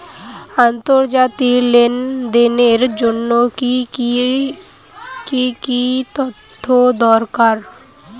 আন্তর্জাতিক লেনদেনের জন্য কি কি তথ্য দরকার?